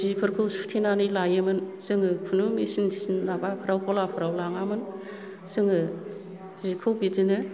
जिफोरखौ सुथेनानै लायोमोन जोङो खुनु मिसिन थिसिन माबाफ्राव गलाफ्राव लांयामोन जोङो जिखौ बिदिनो